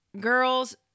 girls